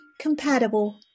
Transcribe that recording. compatible